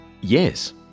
Yes